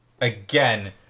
again